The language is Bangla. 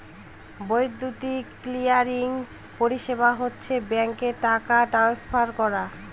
বৈদ্যুতিক ক্লিয়ারিং পরিষেবা হচ্ছে ব্যাঙ্কে টাকা ট্রান্সফার করা